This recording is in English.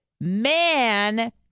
man